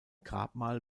grabmal